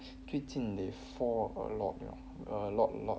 最近 they fall a lot you know a lot a lot